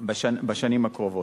בשנים הקרובות.